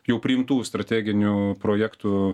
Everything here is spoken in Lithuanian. jau priimtų strateginių projektų